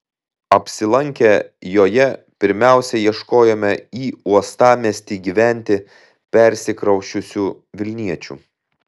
apsilankę joje pirmiausia ieškojome į uostamiestį gyventi persikrausčiusių vilniečių